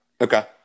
Okay